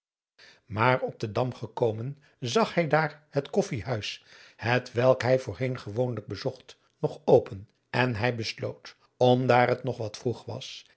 maar op den dam gekomen zag hij daar het koffijhuis hetwelk hij voorheen gewoonlijk bezocht nog open en hij besloot om daar het nog wat vroeg was